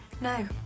No